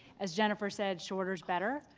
as jennifer said, shorter is better.